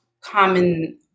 common